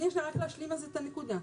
רק להשלים את אותה הנקודה.